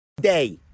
day